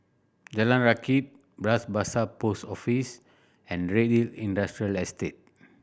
Jalan Rakit Bras Basah Post Office and Redhill Industrial Estate